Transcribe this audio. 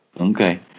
Okay